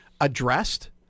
addressed